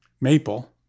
maple